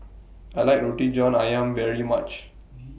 I like Roti John Ayam very much